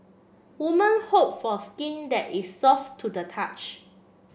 women hope for skin that is soft to the touch